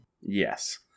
yes